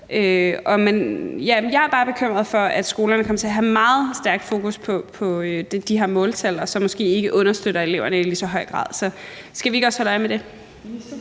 Jeg er bare bekymret for, at skolerne kommer til at have et meget stærkt fokus på de her måltal og så måske ikke understøtter eleverne i lige så høj grad. Skal vi ikke også holde øje med det?